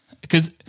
because-